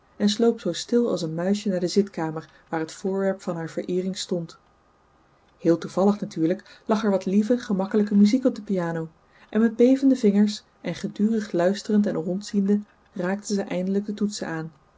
en sloop zoo stil als een muisje naar de zitkamer waar het voorwerp van haar vereering stond heel toevallig natuurlijk lag er wat lieve gemakkelijke muziek op de piano en met bevende vingers en gedurig luisterend en rondziende raakte ze eindelijk de toetsen aan